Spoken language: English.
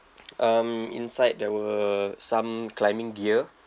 um inside there were some climbing gear